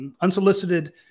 unsolicited